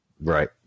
Right